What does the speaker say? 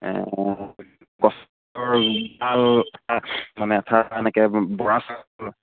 এনেকৈ বৰা চাউল